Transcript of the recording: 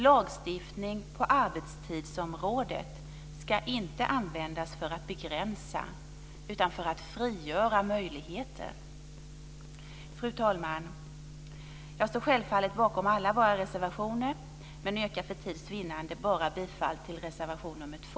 Lagstiftning på arbetstidsområdet ska inte användas för att begränsa utan för att frigöra möjligheter. Fru talman! Jag står självfallet bakom alla våra reservationer men yrkar för tids vinnande bifall bara till reservation nr 2.